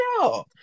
no